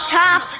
top